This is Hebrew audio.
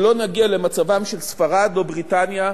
שלא נגיע למצבן של ספרד, בריטניה,